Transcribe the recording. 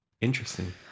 Interesting